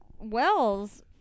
Wells